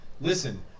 listen